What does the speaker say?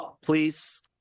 please